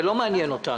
זה לא מעניין אותנו.